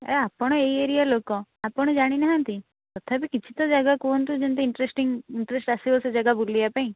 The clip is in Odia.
ଆପଣ ଏଇ ଏରିଆ ଲୋକ ଆପଣ ଜାଣିନାହାନ୍ତି ତଥାପି କିଛିତ ଜାଗା କୁହନ୍ତୁ ଇଣ୍ଟରେଷ୍ଟିଙ୍ଗ ଇଣ୍ଟରେଷ୍ଟ ଆସିବ ସେ ଜାଗା ବୁଲିବା ପାଇଁ